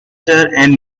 and